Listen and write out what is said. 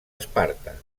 esparta